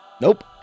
nope